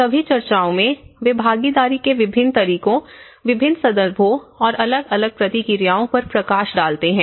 सभी चर्चाओं में वे भागीदारी के विभिन्न तरीकों विभिन्न संदर्भों और अलग अलग प्रतिक्रियाओं पर प्रकाश डालते हैं